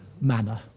manner